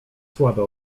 słabe